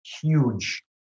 huge